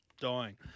Dying